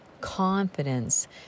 confidence